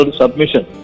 submission